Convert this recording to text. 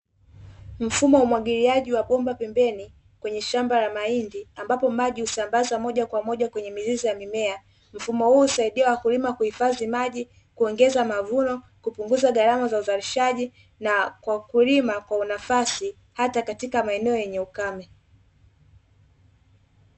Mfumo wa umwagiliaji wa bomba pembeni kwenye shamba la mahindi ambapo maji husambazwa moja kwa moja kwenye mizizi ya mimea, mfumo huu husaidia wakulima kuhifadhi maji, kuongeza mavuno, kupunguza gharama za uzalishaji na kwa kulima kwa nafasi hata katika maeneo yenye ukame.